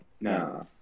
No